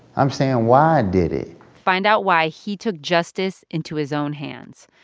i'm saying why i did it find out why he took justice into his own hands.